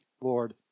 Lord